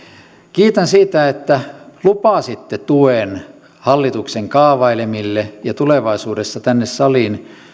kiitän siitä että lupasitte tuen hallituksen kaavailemille ja tulevaisuudessa tänne saliin